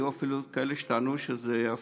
היו אפילו כאלה שטענו הפוך,